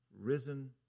risen